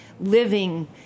living